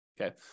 Okay